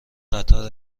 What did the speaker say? قطار